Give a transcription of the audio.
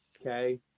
Okay